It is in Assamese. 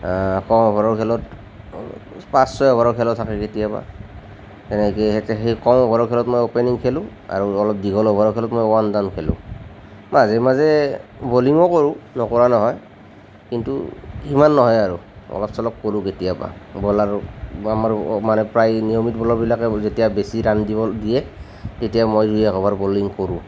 কম অভাৰৰ খেলত পাঁচ ছয় অভাৰৰ খেলো থাকে কেতিয়াবা তেনেকৈ সেই কম অভাৰৰ খেলত মই অপেনিং খেলোঁ আৰু অলপ দীঘল অভাৰৰ খেলত মই ওৱান ডাউন খেলোঁ মাজে মাজে বলিঙো কৰোঁ নকৰা নহয় কিন্তু ইমান নহয় আৰু অলপ চলপ কৰোঁ কেতিয়াবা প্ৰায় নিয়মীয়া বলাৰবোৰে যেতিয়া বেছি ৰাণ দিয়ে তেতিয়া মই দুই এক অভাৰ বলিং কৰোঁ